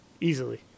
easily